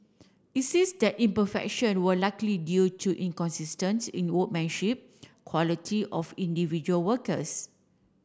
it says that imperfection were likely due to inconsistence in workmanship quality of individual workers